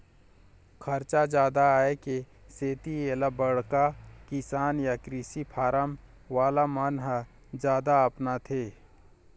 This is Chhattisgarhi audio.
खरचा जादा आए के सेती एला बड़का किसान य कृषि फारम वाला मन ह जादा अपनाथे